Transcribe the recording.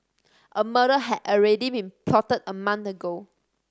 a murder had already been plotted a month ago